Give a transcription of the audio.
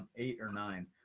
eight or nine.